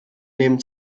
nehmen